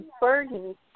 burden